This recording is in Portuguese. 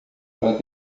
para